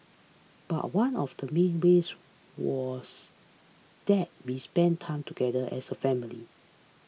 but one of the main ways was that we spent time together as a family